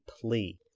plea